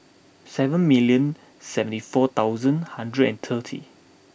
seven million seventy four thousand hundred and thirty